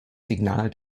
signal